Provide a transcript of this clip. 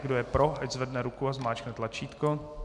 Kdo je pro, ať zvedne ruku a zmáčkne tlačítko.